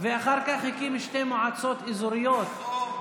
ואחר כך הקים שתי מועצות אזוריות, נכון.